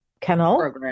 kennel